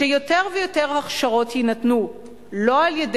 שיותר ויותר הכשרות יינתנו לא על-ידי